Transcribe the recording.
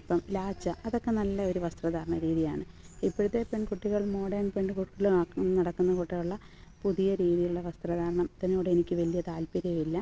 ഇപ്പം ലാച്ച അതൊക്കെ നല്ല ഒരു വസ്ത്രധാരണ രീതിയാണ് ഇപ്പോഴത്തെ പെൺകുട്ടികൾ മോഡേൺ പെൺകുട്ടികൾ നടക്കുന്ന കൂട്ടുള്ള പുതിയ രീതിയിലുള്ള വസ്ത്രധാരണത്തിനോട് എനിക്ക് വലിയ താല്പര്യമില്ല